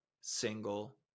single